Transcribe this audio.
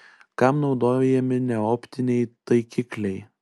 kam naudojami neoptiniai taikikliai